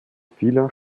vieler